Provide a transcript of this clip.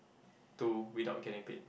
to without getting paid